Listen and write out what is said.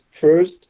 first